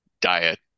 diet